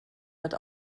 wird